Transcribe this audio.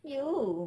!eww!